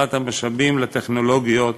והגדלת המשאבים לטכנולוגיות,